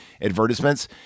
advertisements